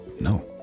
No